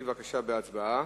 להוריד מסדר-היום, ההצבעה